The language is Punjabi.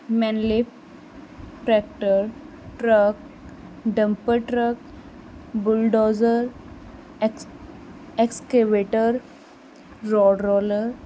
mainly tractor truck dumper truck bulldozer ex excavator road roller